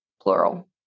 plural